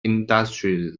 industries